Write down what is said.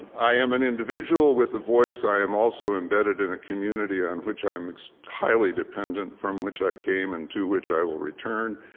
i am an individual with a voice. i am also embedded in a community on which i'm highly dependent, from which i came, and to which i will return.